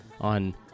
on